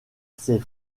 ses